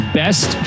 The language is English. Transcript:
best